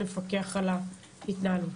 נפקח על ההתנהלות.